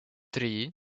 три